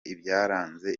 ibyaranze